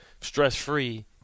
stress-free